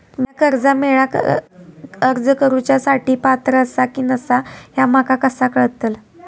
म्या कर्जा मेळाक अर्ज करुच्या साठी पात्र आसा की नसा ह्या माका कसा कळतल?